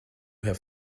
have